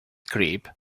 creep